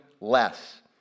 less